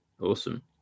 awesome